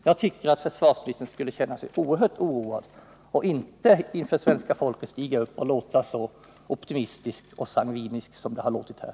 Jag tycker att försvarsministern skulle känna sig oerhört oroad och inte skulle stiga upp inför svenska folket och låta så optimistisk och sangvinisk som han har låtit här.